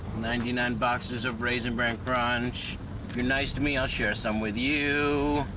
ninety nine boxes of raisin bran crunch if you're nice to me i'll share some with you